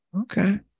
Okay